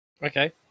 Okay